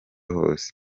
hose